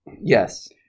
yes